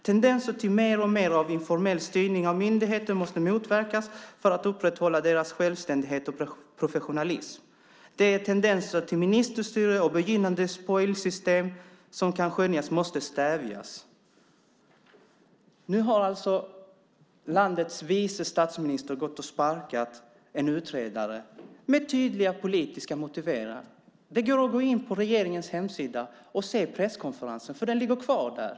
Tendenser till mer och mer av informell styrning av myndigheter måste motverkas för att upprätthålla deras självständighet och professionalism. De tendenser till ministerstyre och begynnande spoil system som kan skönjas måste stävjas. Nu har alltså landets vice statsminister med tydliga politiska motiv sparkat en utredare. Det går att gå in på regeringens hemsida och se presskonferensen. Den ligger kvar där.